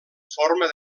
forma